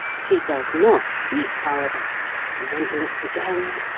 she does not speak, however and, when he looks again,